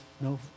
no